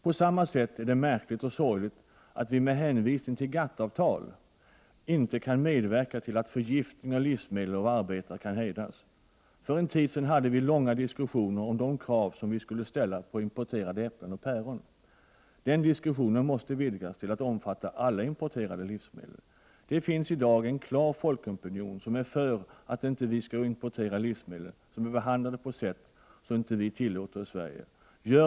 På samma sätt är det märkligt och sorgligt att vi med hänvisning till GATT-avtal inte kan medverka till att förgiftning av livsmedel och arbetare kan hejdas. För en tid sedan hade vi långa diskussioner om de krav som vi skulle ställa på importerade äpplen och päron. Den diskussionen måste vidgas till att omfatta alla importerade livsmedel. Det finns i dag en klar folkopinion för att vi inte skall importera livsmedel, som är behandlade på ett sätt som vi inte tillåter i Sverige.